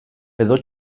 edo